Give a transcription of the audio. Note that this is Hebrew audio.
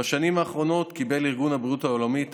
בשנים האחרונות קיבל ארגון הבריאות העולמי את